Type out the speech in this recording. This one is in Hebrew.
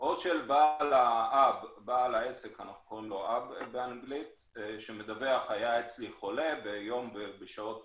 או של בעל העסק שמדווח: היה אצלי חולה ביום ובשעות מסוימות.